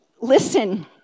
listen